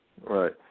Right